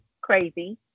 crazy